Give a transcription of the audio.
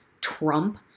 Trump